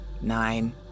Nine